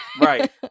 Right